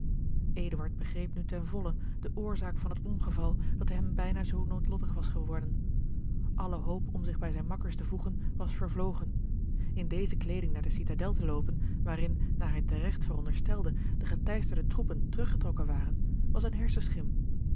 begreep nu ten volle de oorzaak van het ongeval dat hem bijna zoo noodlottig was geworden alle hoop om zich bij zijne makkers te voegen was vervlogen in deze kleeding naar de citadel te loopen waarin naar hij teregt veronderstelde de geteisterde troepen terug getrokken waren was eene hersenschim